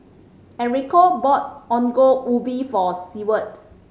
Enrico bought Ongol Ubi for Seward